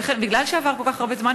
מכיוון שעבר כל כך הרבה זמן,